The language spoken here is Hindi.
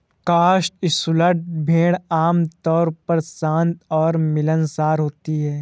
कॉटस्वॉल्ड भेड़ आमतौर पर शांत और मिलनसार होती हैं